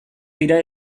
dira